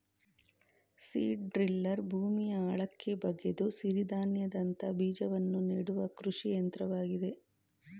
seed driller ಭೂಮಿಯ ಆಳಕ್ಕೆ ಬಗೆದು ಸಿರಿಧಾನ್ಯದಂತ ಬೀಜವನ್ನು ನೆಡುವ ಕೃಷಿ ಯಂತ್ರವಾಗಿದೆ